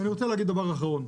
ואני רוצה להגיד דבר אחרון.